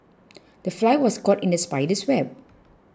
the fly was caught in the spider's web